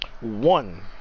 One